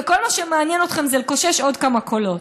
וכל מה שמעניין אתכם זה לקושש עוד כמה קולות.